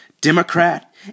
Democrat